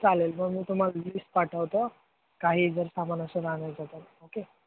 चालेल मग मी तुम्हाला लिस्ट पाठवतो काही जर सामान असं मागवायचं तर ओके